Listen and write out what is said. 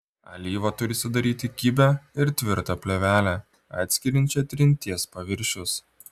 alyva turi sudaryti kibią ir tvirtą plėvelę atskiriančią trinties paviršius